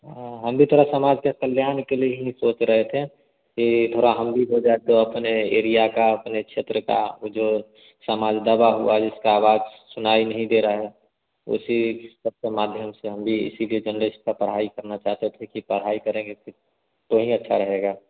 हाँ हम भी थोड़ा समाज के कल्याण के लिए ही सोच रहे थे कि थोड़ा हम भी हो जाते थोड़ा अपने एरिया का अपने क्षेत्र का वह जो समाज दबा हुआ जिसकी आवाज़ सुनाई नहीं दे रही है उसी सब के माध्यम से हम भी इसी लिए हम भी जर्नलिस्ट की पढ़ाई करना चाहते थे पढ़ाई करेंगे तो ही अच्छा रहेगा